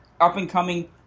up-and-coming